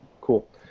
Cool